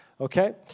Okay